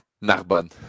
Narbonne